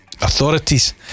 authorities